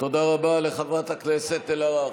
תודה רבה לחברת הכנסת אלהרר.